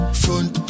front